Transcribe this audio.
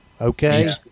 okay